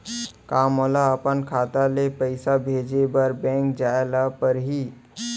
का मोला अपन खाता ले पइसा भेजे बर बैंक जाय ल परही?